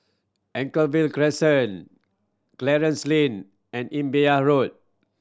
Anchorvale Crescent Clarence Lane and Imbiah Road